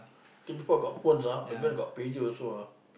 K before got phones ah we only got pager also ah